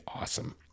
awesome